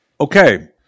Okay